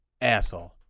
Asshole